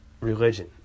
religion